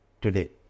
today